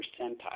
percentile